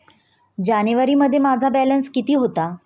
जानेवारीमध्ये माझा बॅलन्स किती होता?